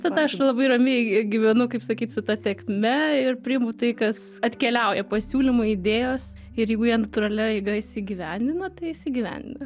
tada aš labai ramiai gyvenu kaip sakyt su ta tėkme ir priimu tai kas atkeliauja pasiūlymai idėjos ir jeigu jie natūralia eiga įsigyvendina tai įsigyvendina